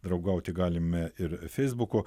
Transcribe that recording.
draugauti galime ir feisbuku